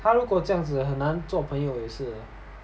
他如果这样子很难做朋友 eh